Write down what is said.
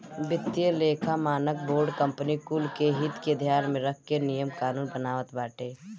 वित्तीय लेखा मानक बोर्ड कंपनी कुल के हित के ध्यान में रख के नियम कानून बनावत बाटे